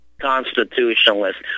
constitutionalist